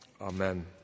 Amen